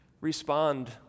respond